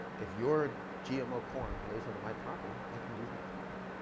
if your gmo corn blows onto my property, i can lose my property,